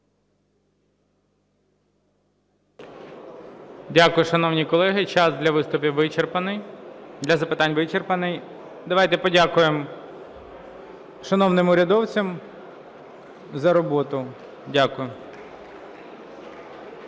Дякую, шановні колеги. Час для виступів вичерпаний… для запитань вичерпаний. Давайте подякуємо шановним урядовцям за роботу. Дякую.